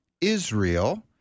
Israel